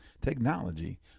technology